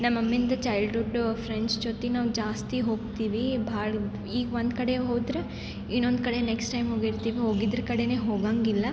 ನಮ್ಮ ಮಮ್ಮಿಂದು childhood friends ಜೊತೆಗ್ ನಾವು ಜಾಸ್ತಿ ಹೊಗ್ತೀವಿ ಭಾಳ ಈಗ ಒಂದುಕಡೆ ಹೋದ್ರೆ ಇನ್ನೊಂದು ಕಡೆ ನೆಕ್ಸ್ಟ್ ಟೈಮ್ ಹೋಗಿರ್ತಿವಿ ಹೋಗಿದ್ರ ಕಡೆ ಹೋಗೊಂಗಿಲ್ಲ